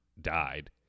died